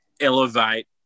elevate